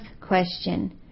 question